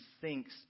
thinks